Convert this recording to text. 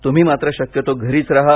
तुम्ही मात्र शक्यतो घरीच राहा